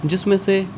جس میں سے